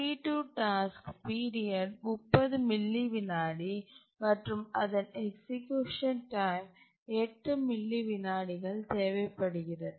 T2 task period 30 மில்லி விநாடி மற்றும் அதன் எக்சீக்யூசன் டைம் 8 மில்லி விநாடிகள் தேவைப்படுகிறது